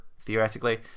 theoretically